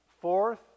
fourth